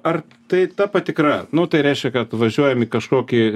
ar tai ta patikra nu tai reiškia kad važiuojam į kažkokį